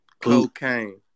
cocaine